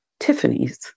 Tiffany's